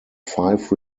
five